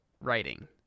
writing